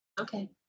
Okay